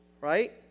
Right